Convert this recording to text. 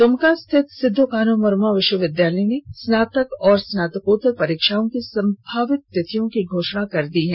दुमका स्थित सिदो कान्हू मुर्मू विश्वविद्यालय ने स्नातक और स्नातकोत्तर परीक्षाओं की संभावित तिथियों की घोषणा कर दी है